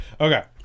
okay